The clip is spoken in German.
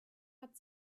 hat